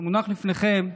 המונח לפניכם,